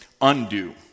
undo